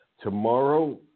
tomorrow